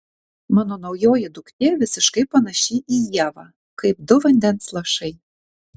mano naujoji duktė visiškai panaši į ievą kaip du vandens lašai